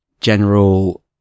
general